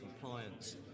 compliance